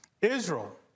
Israel